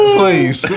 please